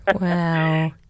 Wow